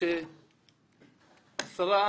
כשעשרה